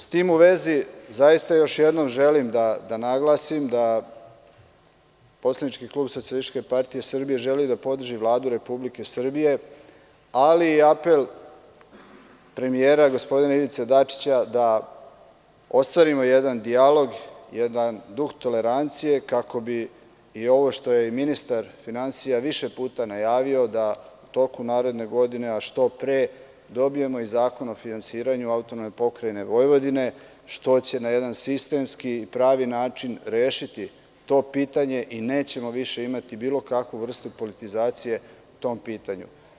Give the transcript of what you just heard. S tim u vezi, zaista još jednom želim da naglasim, da poslanički klub SPS želi da podrži Vladu Republike Srbije, ali i apel premijera gospodina Ivice Dačića da ostvarimo jedan dijalog, jedan duh tolerancije kako bi i ovo što je ministar finansija više puta najavio da u toku naredne godine, a što pre dobijemo i zakon o finansiranju AP Vojvodine, što će na jedan sistemski i pravi način rešiti to pitanje i nećemo više imati bilo kakvu vrstu politizacije tom pitanju.